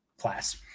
class